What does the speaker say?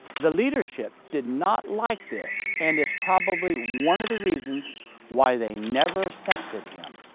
the leadership did not like this, and is probably one of the reasons why they never accepted him.